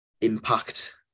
impact